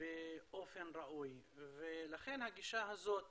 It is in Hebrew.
באופן ראוי ולכן הגישה הזאת